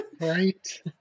Right